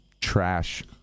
trash